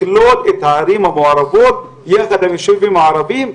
לכלול את הערים יחד עם היישובים הערבים,